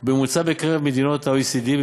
ובממוצע בקרב מדינות ה-OECD.